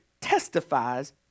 testifies